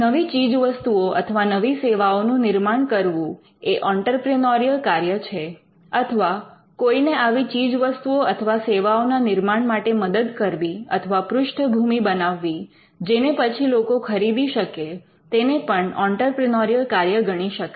નવી ચીજવસ્તુઓ અથવા નવી સેવાઓનું નિર્માણ કરવું એ ઑંટરપ્રિનોરિયલ કાર્ય છે અથવા કોઈને આવી ચીજવસ્તુઓ અથવા સેવાઓના નિર્માણ માટે મદદ કરવી અથવા પૃષ્ઠભૂમિ બનાવવી જેને પછી લોકો ખરીદી શકે તેને પણ ઑંટરપ્રિનોરિયલ કાર્ય ગણી શકાય